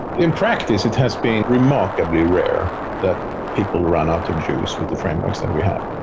in practice, it has been remarkably rare that people run out of juice with the frameworks that we have.